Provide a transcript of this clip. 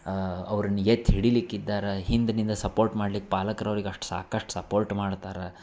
ಅವ್ರನ್ನು ಎತ್ತಿ ಹಿಡಿಲಿಕ್ಕಿದ್ದಾರೆ ಹಿಂದಿನಿಂದ ಸಪೋರ್ಟ್ ಮಾಡ್ಲಿಕ್ಕೆ ಪಾಲಕರು ಅವ್ರಿಗೆ ಅಷ್ಟು ಸಾಕಷ್ಟು ಸಪೋರ್ಟ್ ಮಾಡ್ತಾರೆ